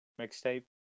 mixtape